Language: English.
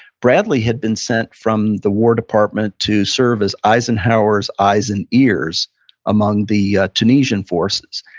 bradley had been sent from the war department to serve as eisenhower's eyes and ears among the tunisian forces.